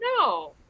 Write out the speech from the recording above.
no